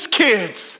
kids